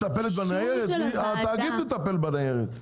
התאגיד מטפל בניירת.